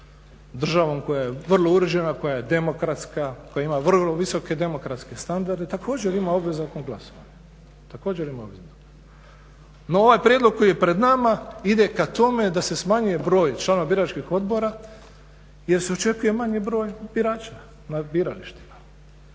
državom koja je vrlo uređena, koja je demokratska, koja ima vrlo visoke demokratske standarde, također ima obavezno glasovanje. No ovaj prijedlog koji je pred nama ide k tome da se smanjuje broj članova biračkih odbora jer se očekuje manji broj birača na biralištima.